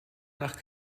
nach